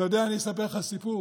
אתה יודע, אני אספר לך סיפור.